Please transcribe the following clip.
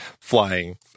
flying